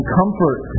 comfort